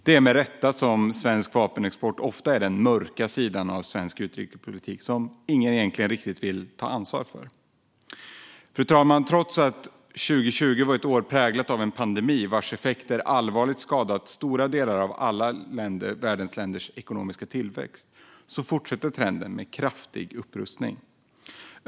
Det är med rätta som svensk vapenexport ofta är den mörka sidan av svensk utrikespolitik, som ingen riktigt vill ta ansvar för. Fru talman! Trots att 2020 var ett år präglat av en pandemi vars effekter allvarligt skadat stora delar av alla världens länders ekonomiska tillväxt fortsätter trenden med kraftig upprustning.